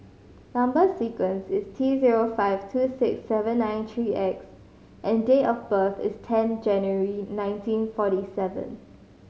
number sequence is T zero five two six seven nine three X and date of birth is ten January nineteen forty seven